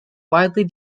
widely